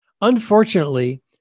Unfortunately